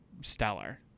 stellar